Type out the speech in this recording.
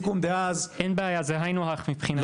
אין בעיה, זה היינו הך מבחינתי.